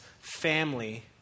family